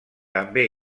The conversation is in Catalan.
també